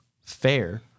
fair